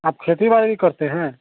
आप खेती बारी करते हैं